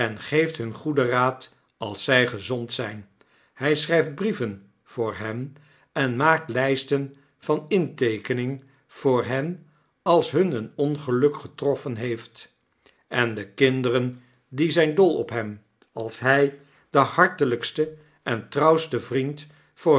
geeft hun goeden raad als zy gezond zyn hij scnrjjft brieven voor hen en maakt listen van inteekening voor hen als hun een ongeluk getroffen heeft en de kinderen die zyn dol op hem als hjj de hartelijkste en trouwste vriendvoor